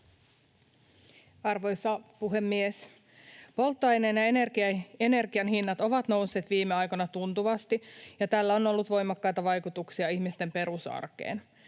Arvoisa puhemies! Polttoaineen ja energian hinnat ovat nousseet viime aikoina tuntuvasti, ja tällä on ollut voimakkaita vaikutuksia ihmisten perusarkeen.